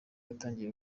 yatangiye